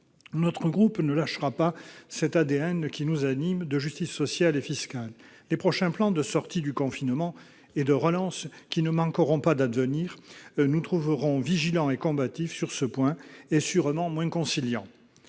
Mon groupe ne renoncera pas à son ADN de justice sociale et fiscale. Les prochains plans de sortie du confinement et de relance, qui ne manqueront pas d'advenir, nous trouveront vigilants et combatifs sur ce point et sûrement moins conciliants.